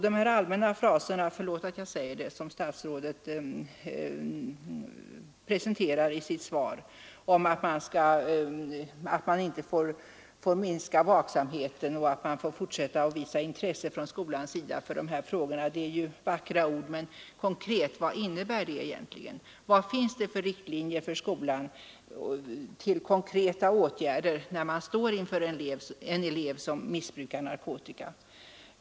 De allmänna fraser, förlåt att jag säger det, som statsrådet presenterar i sitt svar — att man inte får minska vaksamheten, att man får fortsätta visa intresse från skolans sida för dessa frågor — är vackra ord, men vad innebär det egentligen konkret? Vad finns det för riktlinjer för skolan beträffande konkreta åtgärder när man står inför en elev som missbrukar narkotika?